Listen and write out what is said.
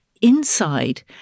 inside